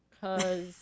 Cause